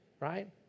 right